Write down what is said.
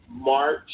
March